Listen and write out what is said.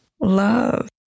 love